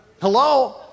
Hello